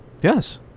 Yes